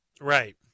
Right